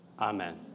Amen